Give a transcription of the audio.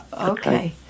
Okay